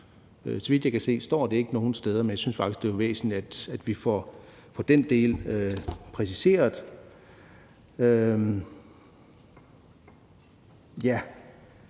Så vidt jeg kan se, står det ikke nogen steder, men jeg synes faktisk, det ville være væsentligt, at vi får den del præciseret. Så